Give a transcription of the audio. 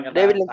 David